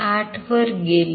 8 वर गेली